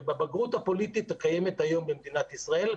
ובבגרות הפוליטית הקיימת היום במדינת ישראל,